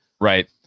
Right